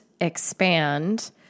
expand